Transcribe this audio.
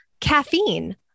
caffeine